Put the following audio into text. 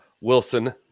Wilson